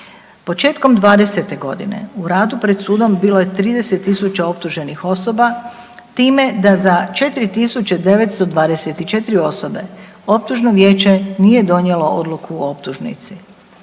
Početkom '20. godine u radu pred sudom bilo je 30.000 optuženih osoba time da za 4.924 osobe optužno vijeće nije donijelo odluku o optužnici.